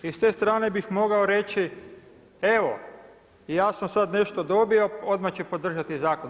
I s te strane bih mogao reći evo, ja sam sada nešto dobio, odmah ću podržati zakon.